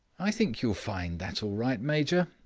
i think you will find that all right, major,